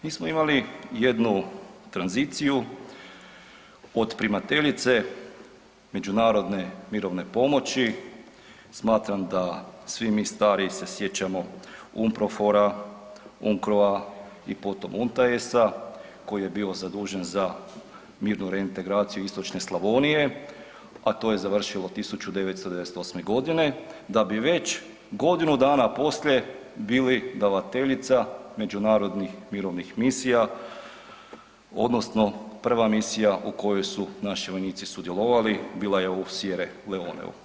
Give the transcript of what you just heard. Mi smo imali jednu tranziciju od primateljice međunarodne mirovne pomoći, smatram da svi mi stariji se sjećamo UNPROFOR-a, UNCRO-a i potom UNTAES-a koji je bio zadužen za mirnu reintegraciju istočne Slavonije, a to je završilo 1998. g. da bi već godinu dana poslije bili davateljica međunarodnih mirovnih misija, odnosno prva misija u kojoj su naši vojnici sudjelovala bila je u Sierra Leoneu.